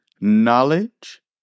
knowledge